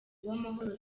uwamahoro